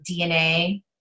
DNA